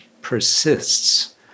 persists